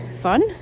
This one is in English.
fun